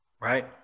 right